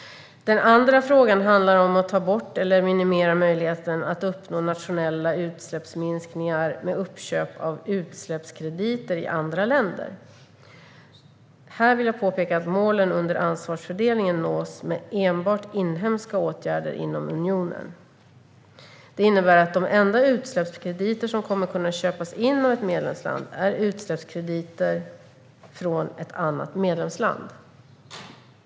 Den andra frågan handlar om att ta bort eller minimera möjligheten att uppnå nationella utsläppsminskningar med uppköp av utsläppskrediter i andra länder. Här vill jag påpeka att målen under ansvarsfördelningen nås med enbart inhemska åtgärder inom unionen. Det innebär att de enda utsläppskrediter som kommer att kunna köpas in av ett medlemsland är utsläppsenheter från ett annat medlemsland.